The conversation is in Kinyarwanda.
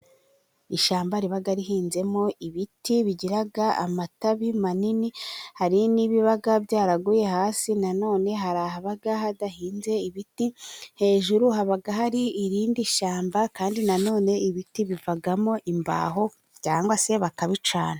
Ishyamba riba rihinzemo ibiti bigira amatabi manini, hari n'ibiba byaraguye hasi, na none hari ahaba hadahinze ibiti. Hejuru haba hari irindi shyamba kandi na none ibiti bivamo imbaho cyangwa se bakabicana.